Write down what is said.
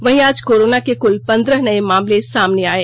वहीं आज कोरोना के कुल पंद्रह नये मामले सामने आये